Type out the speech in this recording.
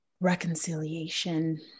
reconciliation